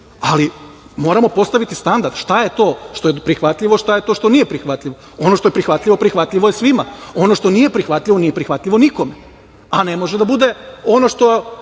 ali moramo postaviti standard šta je to što je prihvatljivo, šta je to što nije prihvatljivo. Ono što je prihvatljivo, prihvatljivo je svima. Ono što nije prihvatljivo, nije prihvatljivo nikome, a ne može da bude ono što